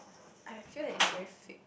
I feel that is very fake